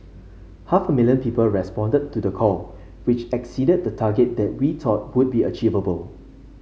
half a million people responded to the call which exceeded the target that we thought would be achievable